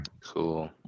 cool